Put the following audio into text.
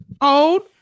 Old